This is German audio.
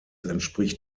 entspricht